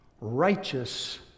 righteous